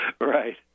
Right